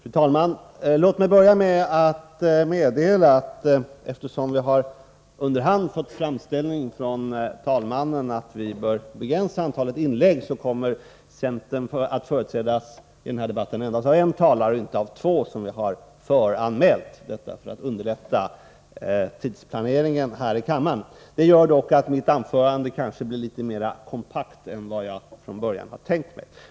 Fru talman! Låt mig börja med att meddela att eftersom vi underhand fått en framställan från talmannen om att vi bör begränsa antalet inlägg kommer centern i denna debatt att företrädas endast av en talare och inte av två, som vi har föranmält. Vi gör detta för att underlätta tidsplaneringen för kammarens arbete. Mitt anförande blir därför kanske litet mera kompakt än jag från början hade tänkt mig.